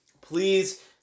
please